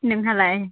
नोंहालाय